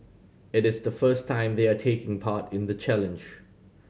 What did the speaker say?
it is the first time they are taking part in the challenge